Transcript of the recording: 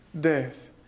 death